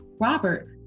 Robert